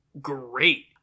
great